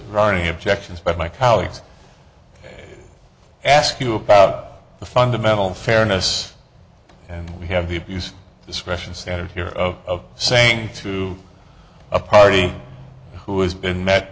running objections but my colleagues ask you about the fundamental fairness and we have the abuse of discretion standard here of saying to a party who has been met